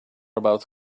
about